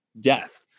death